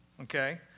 okay